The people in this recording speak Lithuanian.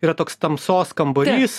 yra toks tamsos kambarys